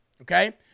Okay